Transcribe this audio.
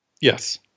Yes